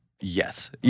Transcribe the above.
Yes